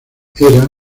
era